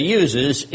uses